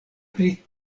pri